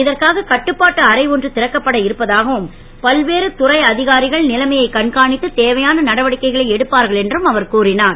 இதற்காக கட்டுப்பாட்டு அறை ஒன்று றக்கப்பட இருப்பதாகவும் பல்வேறு துறை அ காரிகள் லைமையைக் கண்காணித்து தே வையான நடவடிக்கைகளை எடுப்பார்கள் என்றும் அவர் கூறினார்